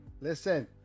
listen